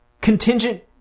contingent